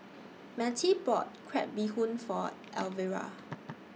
Mattie bought Crab Bee Hoon For Elvira